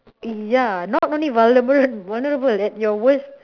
ya not only vulnerable vulnerable at your worst